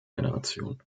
generation